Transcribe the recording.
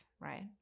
right